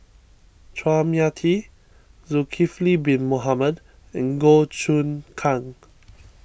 Chua Mia Tee Zulkifli Bin Mohamed and Goh Choon Kang